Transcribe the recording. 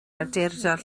awdurdod